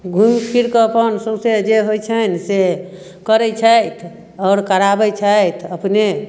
घुमि फिरि कऽ अपन सौँसे जे होइत छनि से करैत छथि आओर कराबैत छथि अपने